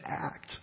act